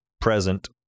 present